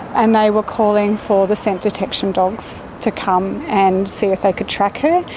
and they were calling for the scent detection dogs to come and see if they could track her.